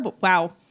Wow